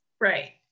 Right